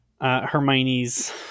Hermione's